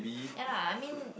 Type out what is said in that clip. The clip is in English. ya lah I mean